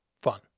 fun